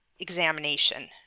examination